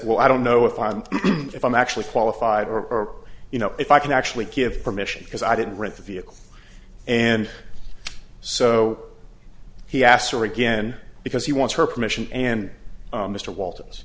well i don't know if i'm if i'm actually qualified or you know if i can actually give permission because i didn't write the vehicle and so he asked her again because he wants her permission and mr walt